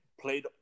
played